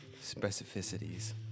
specificities